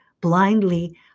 blindly